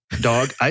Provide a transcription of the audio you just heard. dog